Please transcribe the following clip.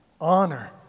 honor